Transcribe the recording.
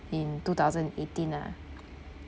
in two thousand eighteen ah